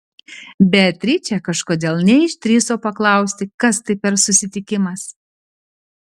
beatričė kažkodėl neišdrįso paklausti kas tai per susitikimas